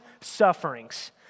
sufferings